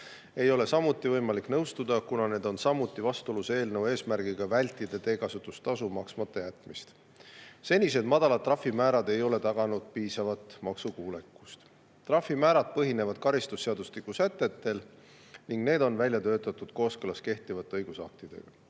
ei ole võimalik nõustuda, kuna need on samuti vastuolus eelnõu eesmärgiga vältida teekasutustasu maksmata jätmist. Senised madalad trahvimäärad ei ole taganud piisavat maksukuulekust. Trahvimäärad põhinevad karistusseadustiku sätetel ning need on välja töötatud kooskõlas kehtivate õigusaktidega.